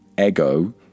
ego